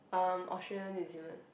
um Australia New-Zealand